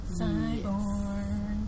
Cyborg